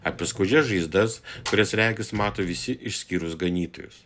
apie skaudžias žaizdas kurias regis mato visi išskyrus ganytojus